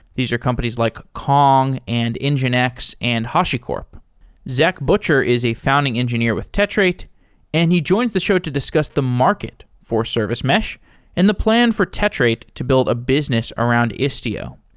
these are companies like kong, and nginx, and hashicorp zach butcher is a founding engineer with tetrate and he joins the show to discuss the market for service mesh and the plan for tetrate to build a business around istio.